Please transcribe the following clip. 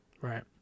Right